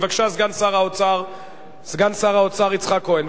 בבקשה, סגן שר האוצר יצחק כהן.